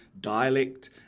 dialect